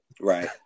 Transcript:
right